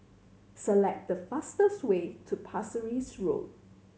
select the fastest way to Pasir Ris Road